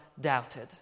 doubted